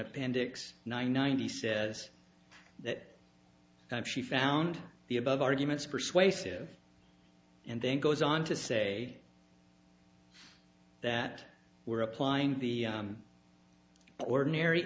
appendix nine ninety says that she found the above arguments persuasive and then goes on to say that we are applying the ordinary